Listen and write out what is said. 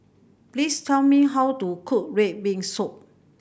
please tell me how to cook red bean soup